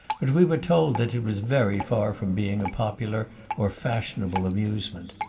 but we were told that it was very far from being a popular or fashionable amusement.